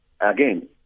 again